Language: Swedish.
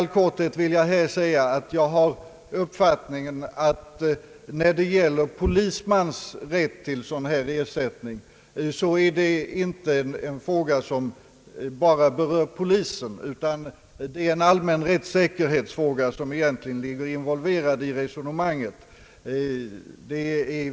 Låt mig bara i all korthet säga, att polismans rätt till sådan här ersättning är en fråga som inte bara gäller polisen — jag anser att en allmän rättssäkerhetsfråga är involverad i resonemanget.